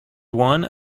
one